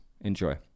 enjoy